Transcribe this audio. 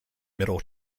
middle